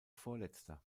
vorletzter